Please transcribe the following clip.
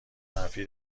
منفی